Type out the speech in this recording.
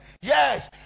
Yes